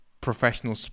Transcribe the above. professional